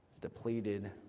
depleted